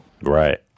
Right